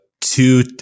two